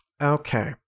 Okay